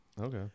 Okay